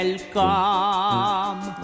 Welcome